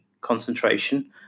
concentration